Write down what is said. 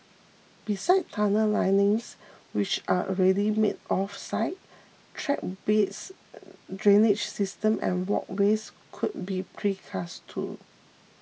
besides tunnel linings which are already made off site track beds drainage systems and walkways could be precast too